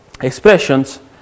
expressions